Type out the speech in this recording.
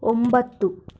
ಒಂಬತ್ತು